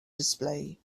display